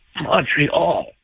Montreal